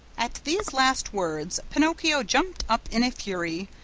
at these last words, pinocchio jumped up in a fury,